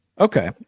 Okay